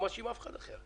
אני לא מאשים אף אחד אחר.